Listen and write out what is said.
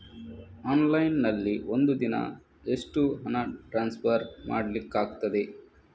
Online ನಲ್ಲಿ ಒಂದು ದಿನ ಎಷ್ಟು ಹಣ ಟ್ರಾನ್ಸ್ಫರ್ ಮಾಡ್ಲಿಕ್ಕಾಗ್ತದೆ?